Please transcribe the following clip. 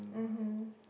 mmhmm